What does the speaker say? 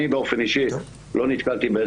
אני באופן אישי לא נתקלתי.